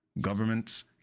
Governments